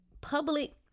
public